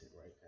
right